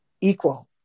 equal